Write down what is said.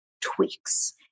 tweaks